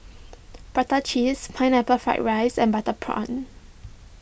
Prata Cheese Pineapple Fried Rice and Butter Prawn